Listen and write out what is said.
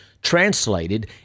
translated